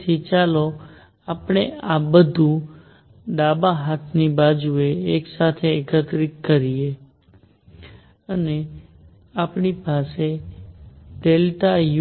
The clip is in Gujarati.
તેથી ચાલો આપણે આ બધું ડાબા હાથની બાજુએ એકસાથે એકત્રિત કરીએ અને આપણી પાસે